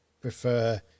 prefer